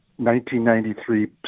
1993